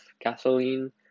gasoline